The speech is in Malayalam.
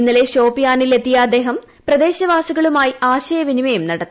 ഇന്നലെ ഷോപ്പിയാനിൽ എത്തിയ അദ്ദേഹം പ്രദേശവാസികളുമായി ആശയവിനിമയം നടത്തി